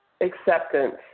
acceptance